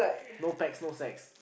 no packs no sex